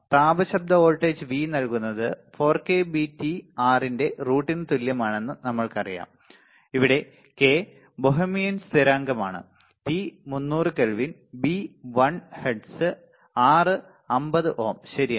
താപ ശബ്ദ voltage V നൽകുന്നത് 4 k B T R ന്റെ റൂട്ടിന് തുല്യമാണെന്ന് നമ്മൾക്കറിയാം ഇവിടെ k ബോഹെമിയൻ സ്ഥിരാങ്കമാണ് T300 kelvin B1 hertz R50 ohm ശരിയാണ്